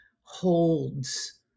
holds